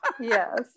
Yes